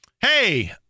hey